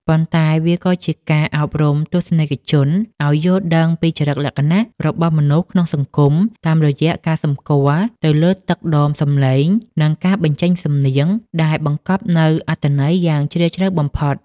ប៉ុន្តែវាក៏ជាការអប់រំទស្សនិកជនឱ្យយល់ដឹងពីចរិតលក្ខណៈរបស់មនុស្សក្នុងសង្គម តាមរយៈការសម្គាល់ទៅលើទឹកដមសំឡេង និងការបញ្ចេញសំនៀងដែលបង្កប់នូវអត្ថន័យយ៉ាងជ្រាលជ្រៅបំផុត។